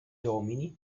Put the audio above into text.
domini